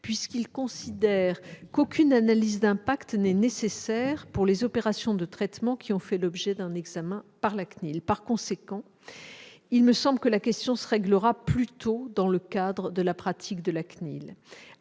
puisqu'il estime qu'aucune analyse d'impact n'est nécessaire pour les opérations de traitement qui ont fait l'objet d'un examen par la CNIL. Par conséquent, il me semble que la question se réglera plutôt dans le cadre de la pratique de la CNIL.